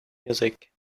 music